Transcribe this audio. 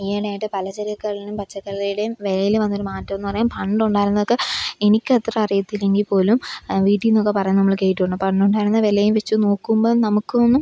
ഈയിടെയായിട്ട് പലചരക്കുകളിനും പച്ചക്കറിയുടെയും വിലയിൽ വന്നൊരു മാറ്റമെന്ന് പറയാൻ പണ്ടുണ്ടായിരുന്നതൊക്കെ എനിക്കത്ര അറിയത്തില്ലെങ്കിൽപ്പോലും വീട്ടിൽനിന്നൊക്കെ പറയുന്ന നമ്മൾ കേട്ടിട്ടുണ്ട് പണ്ടുണ്ടായിരുന്ന വിലയെ വെച്ച് നോക്കുമ്പം നമുക്കൊന്നും